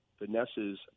Vanessa's